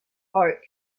park